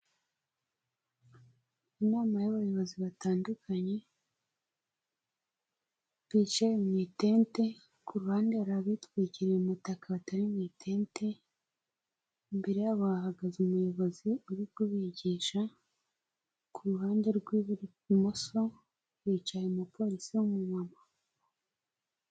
Inama y'abayobozi batandukanye bicaye mu itente ku ruhande hari abitwikiriye umutaka batari mu itente, imbere yabo bahagaze umuyobozi uri kubigisha, ku ruhande rw'ibumoso hicaye umupolisi w'umumama.